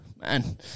man